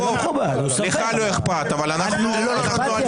לך לא אכפת אבל לנו --- אכפת לי אבל